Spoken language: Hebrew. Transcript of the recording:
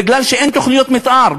בגלל שאין תוכניות מתאר,